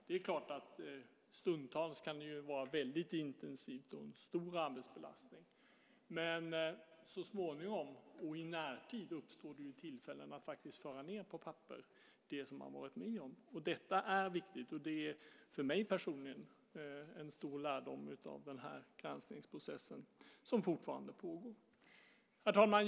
Det är klart att stundtals kan det vara väldigt intensivt och en stor arbetsbelastning, men så småningom och i närtid uppstår det ju tillfällen att faktiskt föra ned på papper det som man har varit med om. Detta är viktigt. Det är för mig personligen en stor lärdom av den här granskningsprocessen som fortfarande pågår. Herr talman!